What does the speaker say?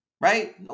right